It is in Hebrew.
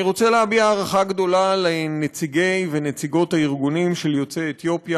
אני רוצה להביע הערכה גדולה לנציגי ונציגות הארגונים של יוצאי אתיופיה,